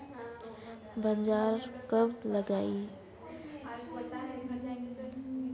बाजरा कब लगाएँ?